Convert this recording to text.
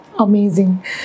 Amazing